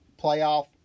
playoff